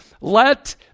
Let